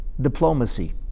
diplomacy